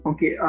Okay